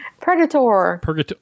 Predator